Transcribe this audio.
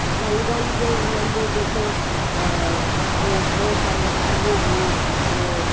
रंगनि जो हुननि जो जेको हो घणो करे ॻाढ़ो हो ऐं